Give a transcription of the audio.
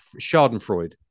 Schadenfreude